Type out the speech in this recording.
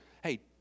hey